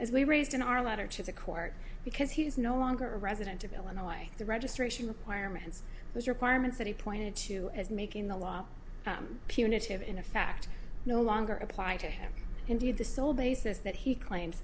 as we raised in our letter to the court because he was no longer a resident of illinois the registration requirements those requirements that he pointed to as making the law punitive in effect no longer apply to him indeed the sole basis that he claim